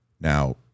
Now